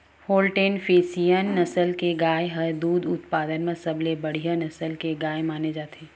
Holstein Friesian नसल के गाय ह दूद उत्पादन म सबले बड़िहा नसल के गाय माने जाथे